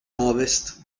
ovest